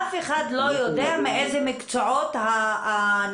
אף אחד לא יודע מאיזה מקצועות הנדבקים.